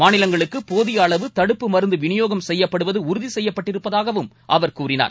மாநிலங்களுக்கு போதிய அளவு தடுப்பு மருந்து விநியோகம் செய்யப்படுவது உறுதி செய்யப்பட்டிருப்பதாகவும் அவர் கூறினார்